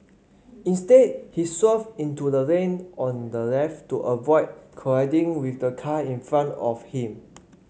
instead he swerved into the lane on the left to avoid colliding with the car in front of him